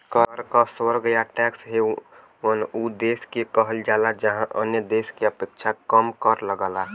कर क स्वर्ग या टैक्स हेवन उ देश के कहल जाला जहाँ अन्य देश क अपेक्षा कम कर लगला